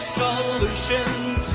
solutions